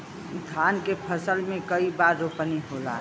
धान के फसल मे कई बार रोपनी होला?